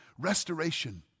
restoration